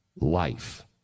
life